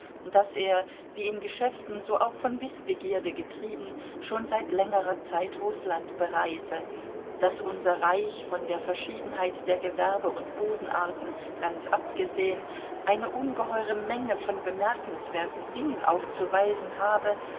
daß er wie in geschäften so auch von wißbegierde getrieben schon seit längerer zeit rußland bereise daß unser reich von der verschiedenheit der gewerbe und bodenarten ganz abgesehen eine ungeheure menge von bemerkenswerten dingen aufzuweisen habe